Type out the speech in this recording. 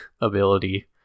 ability